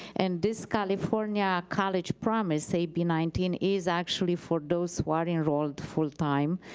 and this california college promise, ab nineteen is actually for those who are enrolled full time.